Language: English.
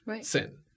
sin